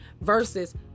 Versus